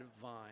vine